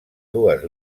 dues